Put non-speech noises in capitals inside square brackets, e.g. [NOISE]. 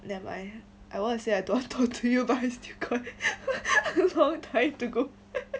never mind I want to say I don't want to talk you but I still got [LAUGHS] long time to go [LAUGHS]